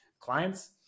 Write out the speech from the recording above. clients